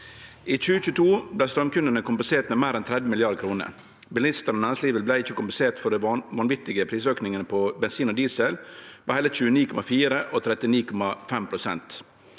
I 2022 ble strømkundene kompensert med mer enn 30 mrd. kr. Bilistene og næringslivet ble ikke kompensert for de vanvittige prisøkningene på bensin og diesel på hele 29,4 og 39,5 pst.